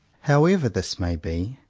however this may be,